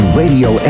radio